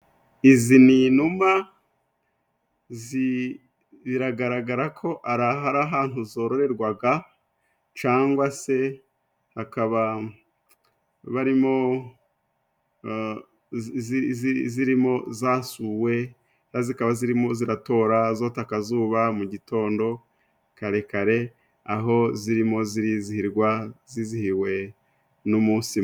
Izi ni inuma ziragaragara ko ari ahantu zororerwaga cangwa se akaba barimo zirimo zasuwe zikaba zirimo ziratora, zota akazuba mu gitondo kare kare aho zirimo zizihirwa zizihiwe n'umunsi.